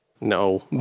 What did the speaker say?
No